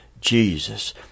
Jesus